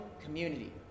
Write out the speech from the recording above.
community